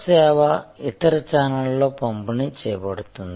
సేవ ఇతర ఛానెల్లలో పంపిణీ చేయబడింది